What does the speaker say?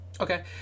Okay